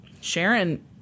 Sharon